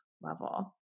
level